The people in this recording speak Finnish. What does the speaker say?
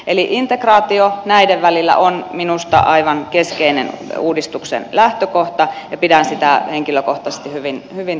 eli integraatio näiden välillä on minusta aivan keskeinen uudistuksen lähtökohta ja pidän sitä henkilökohtaisesti hyvin tärkeänä